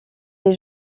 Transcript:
des